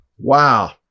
Wow